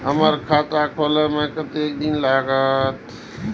हमर खाता खोले में कतेक दिन लगते?